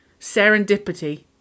serendipity